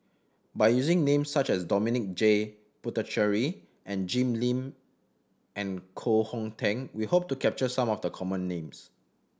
by using names such as Dominic J Puthucheary and Jim Lim and Koh Hong Teng we hope to capture some of the common names